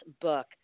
book